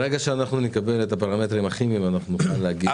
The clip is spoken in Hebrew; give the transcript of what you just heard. ברגע שנקבל את הפרמטרים הכימיים נוכל להגיד את זה.